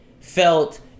felt